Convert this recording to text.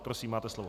Prosím, máte slovo.